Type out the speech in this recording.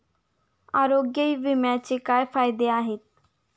आरोग्य विम्याचे काय फायदे आहेत?